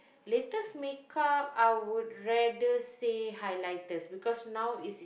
latest makeup I would rather say highlighters because now it's in